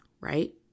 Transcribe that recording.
Right